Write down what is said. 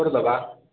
କରିଦେବା